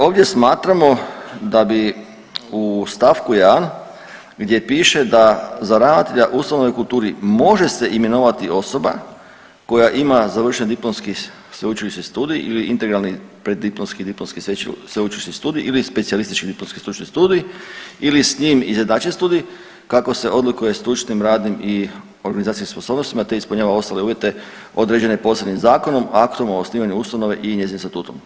Ovdje smatramo da bi u st. 1. gdje piše da za ravnatelja ustanove u kulturi može se imenovati osoba koja ima završen diplomski sveučilišni studij ili integralni preddiplomski i diplomski sveučilišni studij ili specijalistički diplomski stručni studij ili s njim izjednačen studij kako se odluke o stručnim, radnim i organizacijskim sposobnostima te ispunjava ostale uvjete određene posebnim zakonom, aktom o osnivanju ustanove i njezinim statutom.